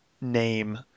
name